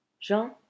jean